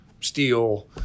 steel